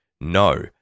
No